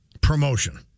promotion